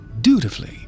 Dutifully